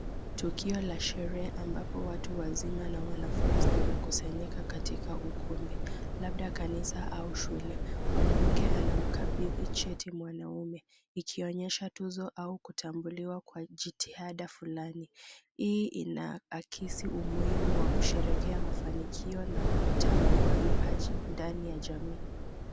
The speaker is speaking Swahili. Tukio la sherehe ambapo watu wazima na wanafunzi wamekusanyika katika ukumbi, labda kanisa au shule. Mwanamke anamkabidhi cheti mwanaume, ikionyesha tuzo au kutambuliwa kwa jitihada fulani. Hii inaakisi umuhimu wa kusherehekea mafanikio na kutambua vipaji ndani ya jamii.